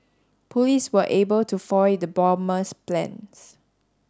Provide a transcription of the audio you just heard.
police were able to foil the bomber's plans